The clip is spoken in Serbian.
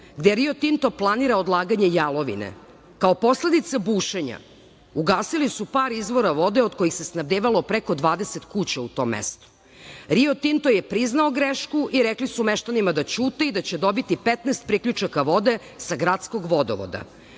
gde Rio Tinto planira odlaganje jalovine. Kao posledica bušenja ugasili su par izvora vode od kojih se snabdevalo preko 20 kuća u tom mestu. Rio Tinto je priznao grešku i rekli su meštanima da ćute i da će dobiti 15 priključaka vode sa gradskog vodovoda.